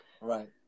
right